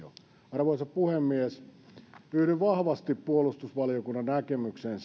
arvoisa puhemies yhdyn vahvasti puolustusvaliokunnan näkemykseen